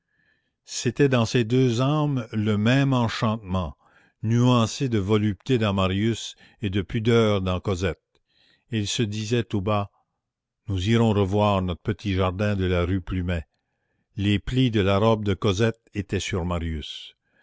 c'était dans ces deux âmes le même enchantement nuancé de volupté dans marius et de pudeur dans cosette ils se disaient tout bas nous irons revoir notre petit jardin de la rue plumet les plis de la robe de cosette étaient sur marius